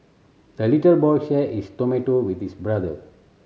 the little boy shared his tomato with this brother